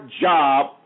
job